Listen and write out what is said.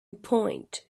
point